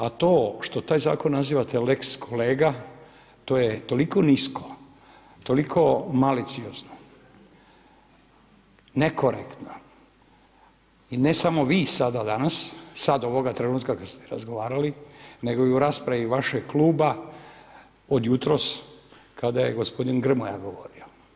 A to što taj zakon nazivate lex kolega, to je toliko nisko, toliko maliciozno, nekorektno i ne samo vi sada danas, sad ovoga trenutka kad ste razgovarali nego i u raspravi vašeg kluba od jutros kada je gospodin Grmoja govorio.